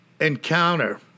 encounter